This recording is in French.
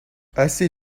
assez